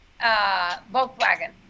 Volkswagen